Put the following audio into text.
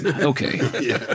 okay